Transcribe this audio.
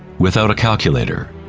without a calculator.